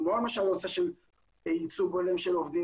כמו למשל הנושא של ייצוג הולם של עובדים